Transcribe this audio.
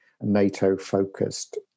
NATO-focused